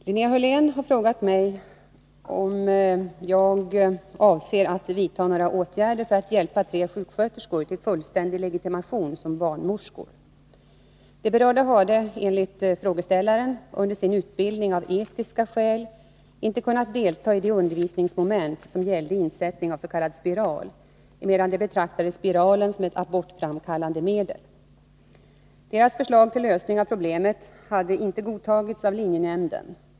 Fru talman! Linnea Hörlén har frågat mig om jag avser att vidta några åtgärder för att hjälpa tre sjuksköterskor till fullständig legitimation som barnmorskor. De berörda hade — enligt frågeställaren — under sin utbildning av etiska skäl inte kunnat delta i de undervisningsmoment som gällde insättning av s.k. spiral, emedan de betraktade spiralen som ett abortframkallande medel. Deras förslag till lösning av problemet hade inte godtagits av linjenämnden.